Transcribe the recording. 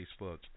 Facebook